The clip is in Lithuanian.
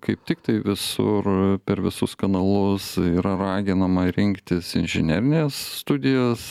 kaip tik tai visur per visus kanalus yra raginama rinktis inžinerines studijas